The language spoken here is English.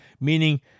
meaning